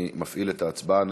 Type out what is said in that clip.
אני מפעיל את ההצבעה.